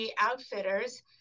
Outfitters